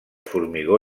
formigó